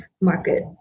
market